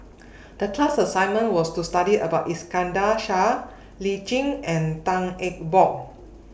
The class assignment was to study about Iskandar Shah Lee Tjin and Tan Eng Bock